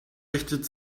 richtet